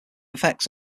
effects